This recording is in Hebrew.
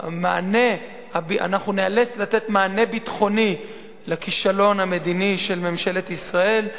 אנחנו ניאלץ לתת מענה ביטחוני לכישלון המדיני של ממשלת ישראל,